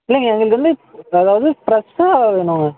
இல்லைங்க எங்களுக்கு வந்து அதாவது ஃப்ரஷ்ஷாக வேணுங்க